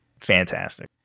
fantastic